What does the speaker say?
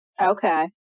Okay